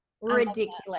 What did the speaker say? Ridiculous